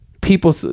People